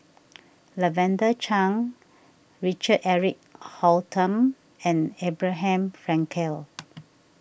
Lavender Chang Richard Eric Holttum and Abraham Frankel